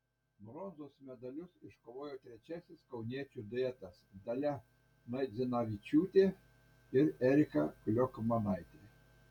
bronzos medalius iškovojo trečiasis kauniečių duetas dalia naidzinavičiūtė ir erika kliokmanaitė